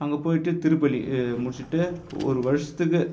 அங்கே போய்விட்டு திருப்பலி முடிச்சுட்டு ஒரு வருஷத்துக்கு